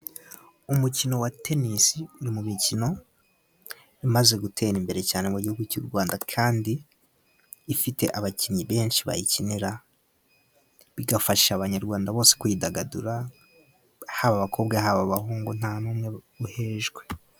Umukino wa tenisi n'umukino umaze gutera imbere cyane mu gihugu cy'u Rwanda, kandi ufite abakinnyi benshi bawukina, bigafasha abanyarwanda bose kwidagadura, haba abakobwa, haba abahungu nta n'umwe uhejwe.